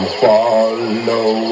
follow